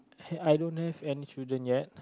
I don't have any children yet